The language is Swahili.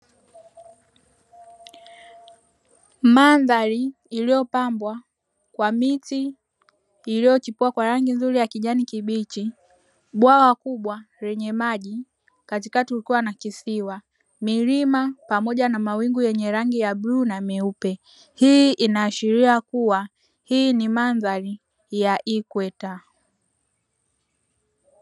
Mandhari iliyopambwa kwa miti iliyochipua kwa rangi nzuri ya kijani kibichi, bwawa kubwa lenye maji katikati kukiwa na kisiwa, milima pamoja na mawingu yaliyo na rangi ya bluu na meupe, hii inaashiria kuwa hii ni mandhari ya ikweta.